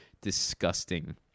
disgusting